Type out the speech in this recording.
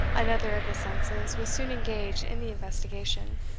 another of his senses was soon engaged in the investigation.